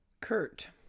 Kurt